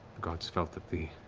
gods felt that the